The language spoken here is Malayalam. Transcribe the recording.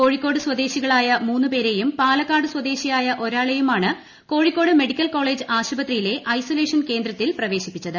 കോഴിക്കോട് സ്വദേശികളായ മൂന്ന് പേരെയും പാലക്കാട് സ്വദേശിയായ ഒരാളെയുമാണ് കോഴിക്കോട് മെഡിക്കൽ കോളേജ് ആശുപത്രിയിലെ ഐസൊലേഷൻ കേന്ദ്രത്തിൽ പ്രവേശിപ്പിച്ചത്